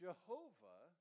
Jehovah